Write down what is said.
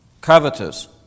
covetous